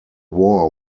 war